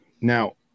Now